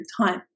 time